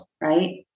right